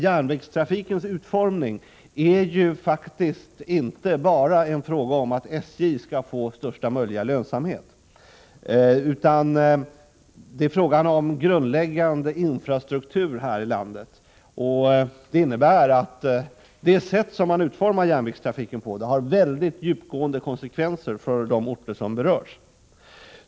Järnvägstrafikens utformning är ju faktiskt inte bara en fråga om att SJ skall få största möjliga lönsamhet utan också en fråga om grundläggande infrastruktur i landet. Det innebär att det sätt järnvägstrafiken utformas på har väldigt djupgående konsekvenser för de orter som berörs.